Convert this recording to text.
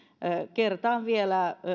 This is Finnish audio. kertaan vielä